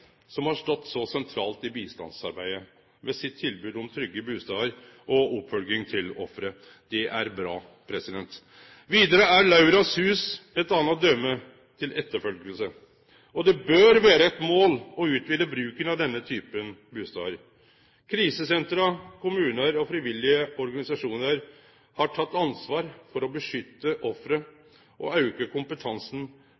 som har stått så sentralt i bistandsarbeidet ved tilbodet sitt om trygge bustader og oppfølging til offer. Det er bra. Vidare er Lauras Hus eit anna døme til etterfølging, og det bør vere eit mål å utvide bruken av denne typen bustader. Krisesenter, kommunar og frivillige organisasjonar har teke ansvar for å beskytte